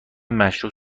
مشروح